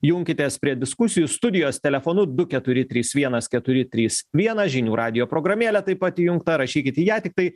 junkitės prie diskusijų studijos telefonu du keturi trys vienas keturi trys vienas žinių radijo programėlė taip pat įjungta rašykit į ją tiktai